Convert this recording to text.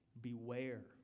beware